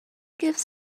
gives